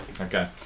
Okay